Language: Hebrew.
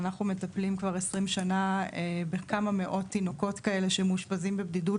אנחנו מטפלים כבר 20 שנה בכמה מאות תינוקות כאלה שמאושפזים בבדידות,